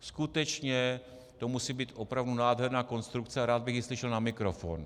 Skutečně to musí být opravdu nádherná konstrukce a rád bych ji slyšel na mikrofon.